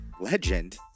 legend